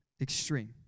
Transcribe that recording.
Extreme